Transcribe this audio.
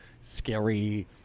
scary